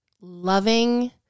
loving